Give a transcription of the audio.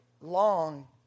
long